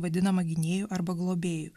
vadinama gynėju arba globėju